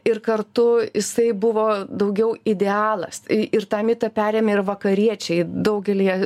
ir kartu jisai buvo daugiau idealas ir tą mitą perėmė ir vakariečiai daugelyje